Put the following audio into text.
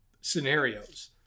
scenarios